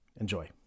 Enjoy